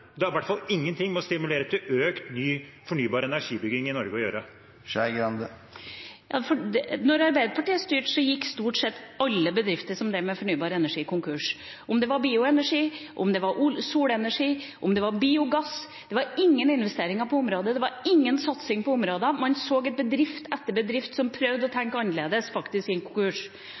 har i hvert fall ingenting med å stimulere til økt fornybar energibygging i Norge å gjøre. Da Arbeiderpartiet styrte, gikk stort sett alle bedriftene som drev med fornybar energi, konkurs – om det var bioenergi, om det var solenergi, om det var biogass. Det var ingen investeringer på området, det var ingen satsing på området. Man så at bedrift etter bedrift som prøvde å